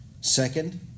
Second